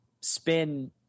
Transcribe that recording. spin